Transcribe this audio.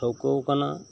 ᱴᱷᱟᱹᱣᱠᱟᱹᱣ ᱟᱠᱟᱱᱟ